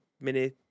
mini